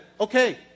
okay